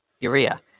urea